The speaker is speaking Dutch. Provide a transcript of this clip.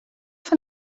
van